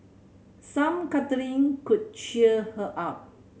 some cuddling could cheer her up